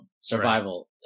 Survival